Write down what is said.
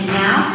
now